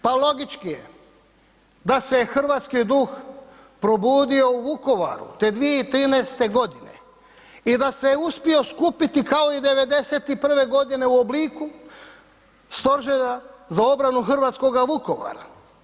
Pa logički je, da se je hrvatski duh probudio u Vukovaru, te 2013. godine i da se je uspio skupiti kao i '91. godine u obliku stožera za obranu hrvatskoga Vukovara.